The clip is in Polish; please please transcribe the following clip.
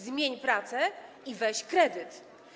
Zmień pracę i weź kredyt.